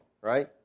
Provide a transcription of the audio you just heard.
right